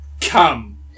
Come